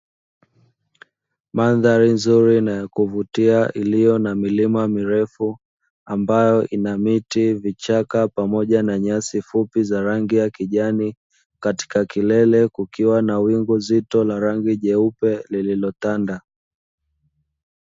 Mandhari nzuri na ya kuvutia, iliyo na milima mirefu ambayo ina miti, vichaka pamoja na nyasi fupi za rangi ya kijani, katika kilele kukiwa na wingu zito la rangi jeupe lililotanda.